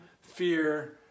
fear